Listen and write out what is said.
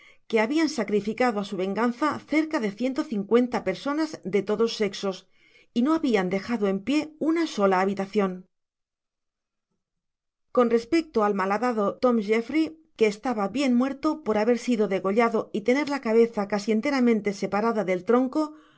que babian sacrificado á su venganza cerca de ciento cincuenta personas de todas sexos y no habian dejado en pié una sola habitacion con respecto al malhadado tom jeffry que estaba bien muerto por haber sido degollado y tener la cabeza casi enteramente separada del tronco no